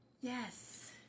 yes